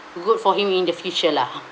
good for him in the future lah ha